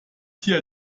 tier